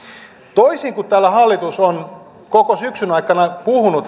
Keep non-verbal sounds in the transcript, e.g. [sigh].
toisin kuin täällä hallitus on koko syksyn ajan puhunut [unintelligible]